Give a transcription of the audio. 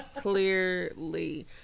clearly